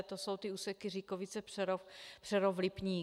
To jsou ty úseky Říkovice Přerov, Přerov Lipník.